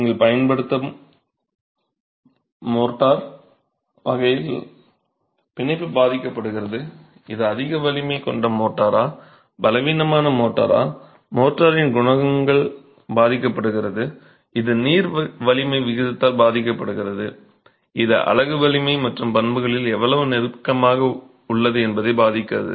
நீங்கள் பயன்படுத்தும் மோர்டார் வகையால் பிணைப்பு பாதிக்கப்படுகிறது இது அதிக வலிமை கொண்ட மோர்டாரா பலவீனமான மோர்டாரா மோர்டாரின் குணங்களால் பாதிக்கப்படுகிறது இது நீர் வலிமை விகிதத்தால் பாதிக்கப்படுகிறது இது அலகு வலிமை மற்றும் பண்புகளில் எவ்வளவு நெருக்கமாக உள்ளது என்பதைப் பாதிக்கிறது